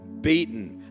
Beaten